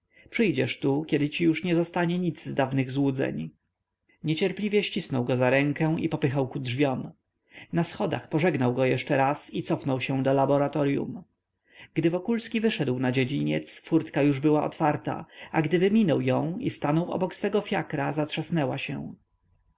przyjdziesz tu kiedy ci już nic nie zostanie z dawnych złudzeń niecierpliwie ścisnął go za rękę i popychał ku drzwiom na schodach pożegnał go jeszcze raz i cofnął się do laboratoryum gdy wokulski wyszedł na dziedziniec furtka już była otwarta a gdy wyminął ją i stanął obok swego fiakra zatrzasnęła się